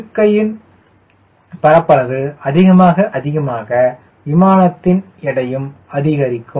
இறக்கையின் பரப்பளவு அதிகமாக அதிகமாக விமானத்தின் எடையும் அதிகரிக்கும்